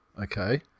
Okay